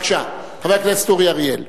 בבקשה, חבר הכנסת אורי אריאל.